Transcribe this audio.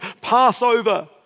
Passover